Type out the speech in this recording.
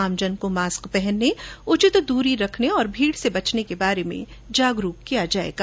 आमजन को मास्क पहनने उचित दूरी रखने और भीड़ से बचने के बारे में जागरूक किया जायेगा